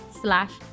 slash